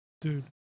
Dude